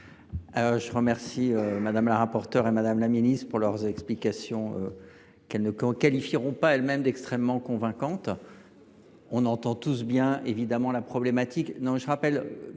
Je remercie Mme la rapporteure et Mme la ministre de leurs explications, qu’elles ne qualifieront pas elles mêmes d’extrêmement convaincantes. On comprend évidemment le problème que